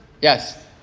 Yes